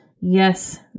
Yes